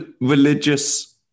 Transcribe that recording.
religious